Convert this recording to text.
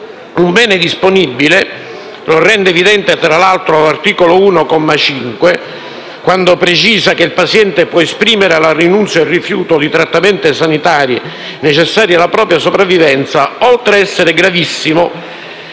un bene disponibile e ciò è evidente all'articolo 1, comma 5, quando si precisa che il paziente può esprimere «la rinuncia o il rifiuto di trattamenti sanitari necessari alla propria sopravvivenza». Ciò, oltre ad essere gravissimo